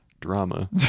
Drama